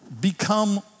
become